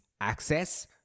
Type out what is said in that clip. access